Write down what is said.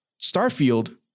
Starfield